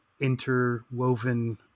interwoven